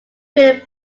created